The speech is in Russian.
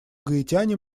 гаитяне